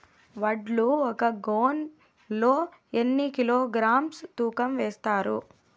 వడ్లు ఒక గోనె లో ఎన్ని కిలోగ్రామ్స్ తూకం వేస్తారు?